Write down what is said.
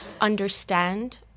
understand